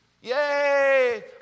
Yay